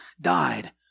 died